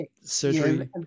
surgery